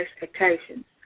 expectations